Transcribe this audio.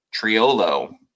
Triolo